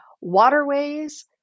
waterways